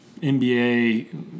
NBA